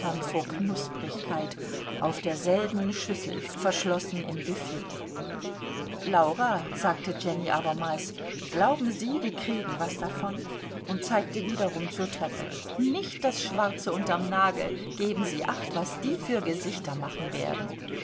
vor knusprigkeit auf derselben schüssel verschlossen im büfett laura sagte jenny abermals glauben sie die kriegen was davon und zeigte wiederum zur treppe nicht das schwarze unterm nagel geben sie acht was die für gesichter machen werden